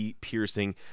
piercing